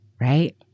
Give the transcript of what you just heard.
Right